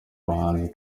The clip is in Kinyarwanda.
bahanzi